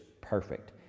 perfect